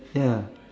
ya